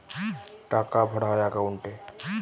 টাকা ভরা হয় একাউন্টে